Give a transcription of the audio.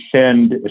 send